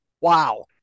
wow